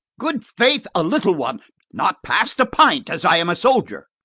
good faith, a little one not past a pint, as i am a soldier.